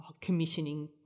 commissioning